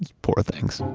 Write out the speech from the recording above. and poor things.